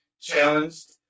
challenged